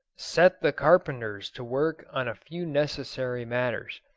set the carpenters to work on a few necessary matters,